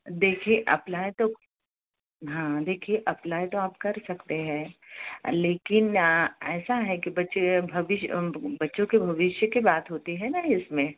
देखिए अप्लाई तो हाँ अप्लाई तो आप कर सकते हैं लेकिन ऐसा है कि बच्चों के भविष्य की बात होती है न इसमें